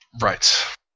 Right